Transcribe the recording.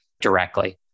directly